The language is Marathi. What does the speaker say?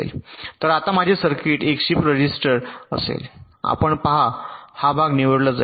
तर आता माझे सर्किट एक शिफ्ट रजिस्टर असेल आपण पहा हा भाग निवडला जाईल